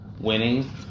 winning